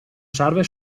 serve